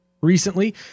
recently